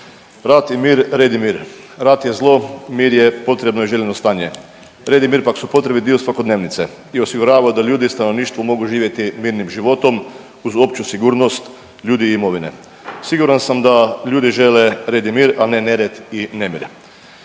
Rat i mir, red i mir. Rat je zlo, mir je potrebno i željeno stanje. Red i mir pak su potrebni dio svakodnevnice i osigurava da ljudi i stanovništvo mogu živjeti mirnim životom uz opću sigurnost ljudi i imovine. Siguran sam da ljudi žele red i mir, a ne nered i nemir.